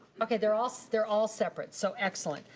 okay, they're all so they're all separate, so, excellent.